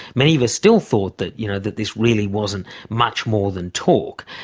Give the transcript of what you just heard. many of us still thought that you know that this really wasn't much more than talk.